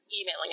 emailing